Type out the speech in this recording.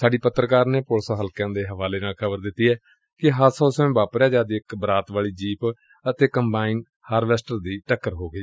ਸਾਡੀ ਪੱਤਰਕਾਰ ਨੇ ਪੁਲਿਸ ਹਲਕਿਆਂ ਦੇ ਹਵਾਲੇ ਨਾਲ ਖ਼ਬਰ ਦਿੱਡੀ ਏ ਕਿ ਹਾਦਸਾ ਉਸ ਸਮੇਂ ਵਾਪਰਿਆ ਜਦ ਇਕ ਬਰਾਤ ਵਾਲੀ ਜੀਪ ਅਤੇ ਕੰਬਾਈਨ ਹਾਰਵੈਂਸਟਰ ਦੀ ਟੱਕਰ ਹੋ ਗਈ